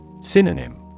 Synonym